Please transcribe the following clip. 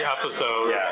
episode